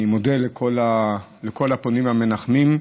אני מודה לכל הפונים והמנחמים.